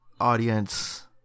audience